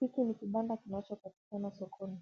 Hiki ni kibanda kinachopatikana sokoni.